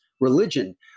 religion